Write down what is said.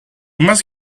must